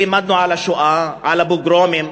לימדנו על השואה, על הפוגרומים.